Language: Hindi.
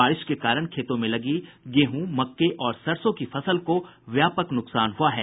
बारिश के कारण खेतों में लगी गेहूँ मक्के और सरसों की फसल को व्यापक नुकसान हुआ है